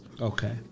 Okay